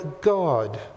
God